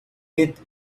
with